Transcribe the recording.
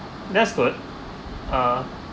that's good uh